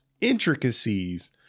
intricacies